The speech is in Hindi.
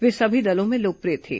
वे सभी दलों में लोकप्रिय थे